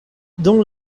dum